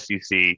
SEC